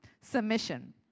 submission